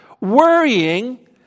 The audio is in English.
Worrying